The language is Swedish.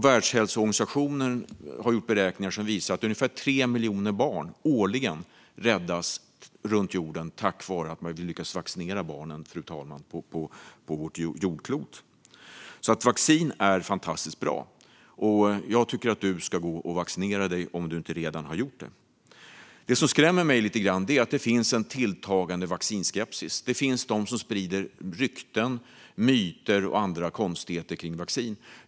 Världshälsoorganisationen har gjort beräkningar som visar att ungefär 3 miljoner barn årligen räddas tack vare att man lyckas vaccinera barnen på vårt jordklot. Vaccin är fantastiskt bra. Jag tycker att du ska gå och vaccinera dig om du inte redan har gjort det. Det som skrämmer mig lite grann är att det finns en tilltagande vaccinskepsis. Det finns de som sprider rykten, myter och andra konstigheter om vaccin.